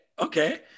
Okay